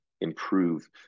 improve